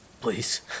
Please